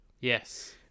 Yes